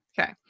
Okay